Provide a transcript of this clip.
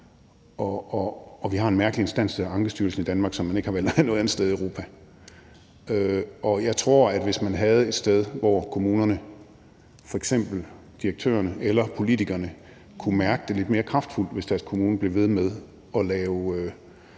Og vi har en mærkelig instans i Danmark, der hedder Ankestyrelsen, som man ikke har valgt at have noget andet sted i Europa. Jeg tror, at hvis man havde et sted, hvor kommunerne, f.eks. kommunaldirektørerne eller politikerne, kunne mærke det lidt mere på pengepungen, hvis deres kommune blev ved med at lave